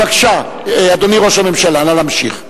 בבקשה, אדוני ראש הממשלה, נא להמשיך.